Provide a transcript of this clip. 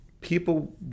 people